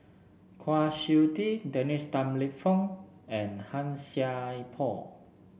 Kwa Siew Tee Dennis Tan Lip Fong and Han Sai Por